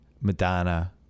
Madonna